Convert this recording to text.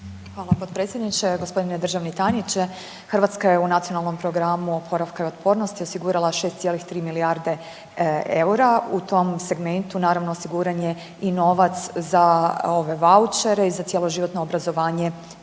Hvala potpredsjedniče. Gospodine državni tajniče. Hrvatska je u NPOO-u osigurala 6,3 milijarde eura u tom segmentu naravno osiguran je i novac za ove vaučere i za cjeloživotno obrazovanje